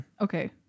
Okay